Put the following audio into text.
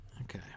Okay